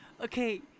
Okay